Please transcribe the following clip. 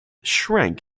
shrank